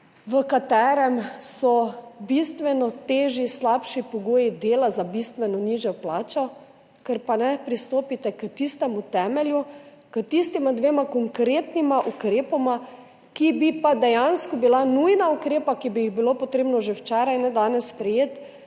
v katerem so bistveno težji, slabši pogoji dela za bistveno nižjo plačo, ker pa ne pristopite k tistemu temelju, k tistima dvema konkretnima ukrepoma, ki bi pa bila dejansko nujna ukrepa, ki bi jih bilo treba sprejeti že včeraj, ne danes, da bi